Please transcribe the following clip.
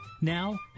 Now